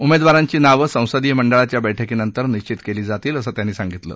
उमेदवारांची नावं संसदीय मंडळाच्या बैठकीनंतर निश्चित केली जातील असं त्यांनी सांगितलं